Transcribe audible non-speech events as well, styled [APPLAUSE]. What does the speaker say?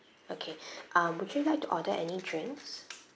okay [BREATH] um would you like to order any drinks